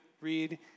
read